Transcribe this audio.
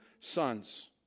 sons